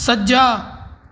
ਸੱਜਾ